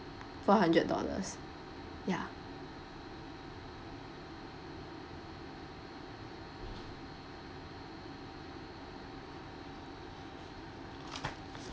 four hundred dollars ya